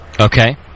Okay